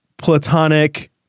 platonic